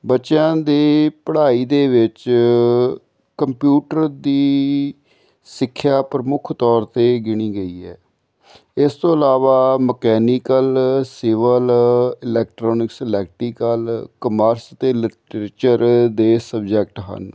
ਬੱਚਿਆਂ ਦੀ ਪੜ੍ਹਾਈ ਦੇ ਵਿੱਚ ਕੰਪਿਊਟਰ ਦੀ ਸਿੱਖਿਆ ਪ੍ਰਮੁੱਖ ਤੌਰ 'ਤੇ ਗਿਣੀ ਗਈ ਹੈ ਇਸ ਤੋਂ ਇਲਾਵਾ mechanical civil electronics electrical commerce ਅਤੇ ਲਿਟਰੇਚਰ ਦੇ ਸਬਜੈਕਟ ਹਨ